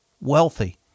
wealthy